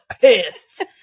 pissed